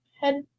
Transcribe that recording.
head